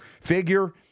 figure